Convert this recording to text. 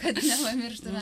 kad nepamirštume